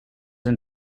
and